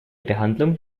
behandlung